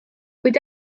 kuid